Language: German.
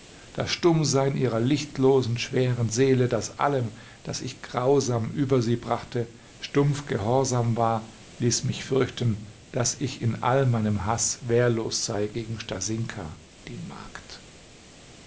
das stummsein ihrer lichtlosen schweren seele das allem das ich grausam über sie brachte stumpf gehorsam war ließ mich fürchten daß ich in all meinem haß wehrlos sei gegen stasinka die magd